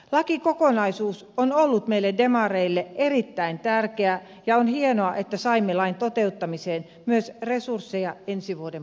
lakikokonaisuus on ollut meille demareille erittäin tärkeä ja on hienoa että saimme lain toteuttamiseen myös resursseja ensi vuoden budjettiin